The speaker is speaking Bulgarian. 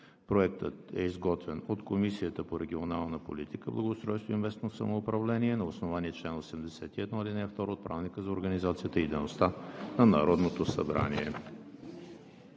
Проектът е изготвен от Комисията по регионалната политика, благоустройството и местното самоуправление на основание чл. 81, ал. 2 от Правилника за организацията и дейността на Народното събрание.